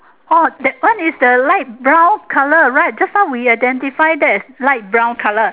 orh that one is the light brown colour right just now we identify that as black brown colour